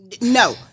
No